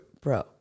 bro